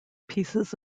pieces